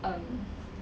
um